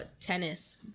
Tennis